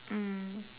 mm